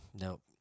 Nope